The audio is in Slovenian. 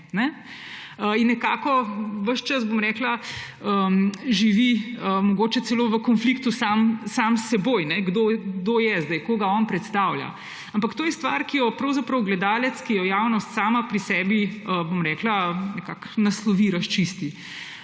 in nekako ves čas živi mogoče celo v konfliktu sam s seboj, kdo je zdaj, koga on predstavlja. Ampak to je stvar, ki jo pravzaprav gledalec, ki jo javnost sama pri sebi nekako naslovi, razčisti,